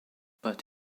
but